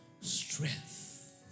strength